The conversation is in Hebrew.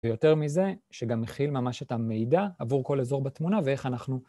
ויותר מזה, שגם מכיל ממש את המידע עבור כל אזור בתמונה, ואיך אנחנו...